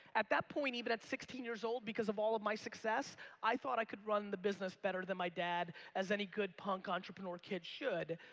at that point, even at sixteen years old, because of all of my success i thought i could run the business better than my dad as any good punk entrepreneur kid should